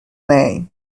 name